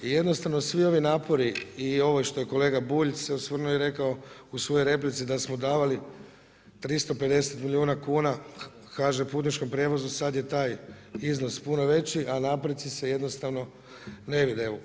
I jednostavno, svi ovi napori i ovo što je kolega Bulj se osvrnuo i rekao u svojoj replici, da smo davali 350 milijuna kuna HŽ putničkom prijevozu, sad je taj iznos puno veći, a napreci se jednostavno ne vide.